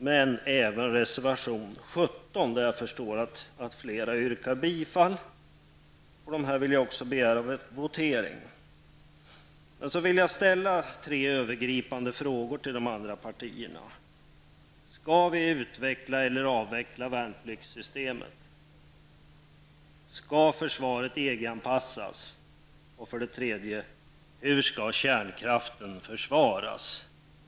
Men även till reservation 17 där jag förstår att flera yrkar bifall. Jag kommer även att begära votering när det gäller dessa. Jag vill ställa tre övergripande frågor till de andra partierna. Skall vi utveckla eller avveckla värnpliktssystemet? Skall försvaret EG-anpassas? Hur skall kärnkraften försvaras?